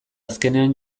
azkenean